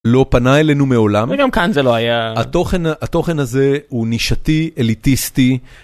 לא פנה אלינו מעולם, וגם כאן זה לא היה, התוכן, התוכן הזה הוא נישתי אליטיסטי.